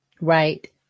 Right